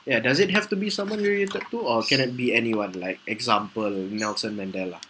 ya does it have to be someone you related to or can it be anyone like example nelson mandela